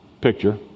picture